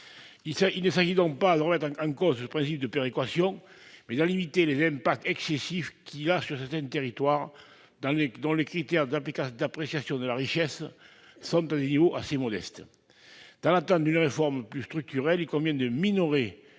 Il s'agit non pas de remettre en cause ce principe de péréquation, mais de limiter les impacts excessifs qu'il a sur certains territoires dont les critères d'appréciation de la richesse sont à des niveaux assez modestes. Dans l'attente d'une réforme plus structurelle, il convient de minorer